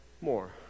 more